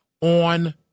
on